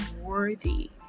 worthy